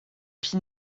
pie